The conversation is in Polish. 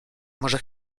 może